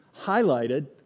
highlighted